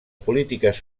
polítiques